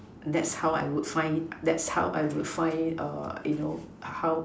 that's how I would find it that's how I would find it you know how